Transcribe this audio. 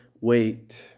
wait